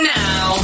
now